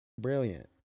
brilliant